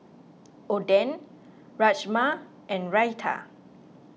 Oden Rajma and Raita